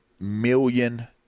million